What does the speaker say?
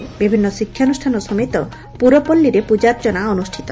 ବିଭିନ୍ନ ଶିକ୍ଷାନୁଷାନ ସମେତ ପୁରପଲ୍ଲୀରେ ପୁଜାର୍ଚ୍ଚନା ଅନୁଷିତ